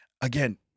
Again